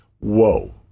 Whoa